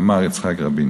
אמר יצחק רבין.